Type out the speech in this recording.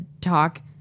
talk